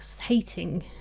hating